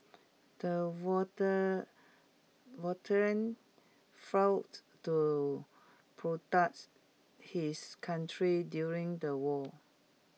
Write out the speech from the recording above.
the water veteran fought to products his country during the war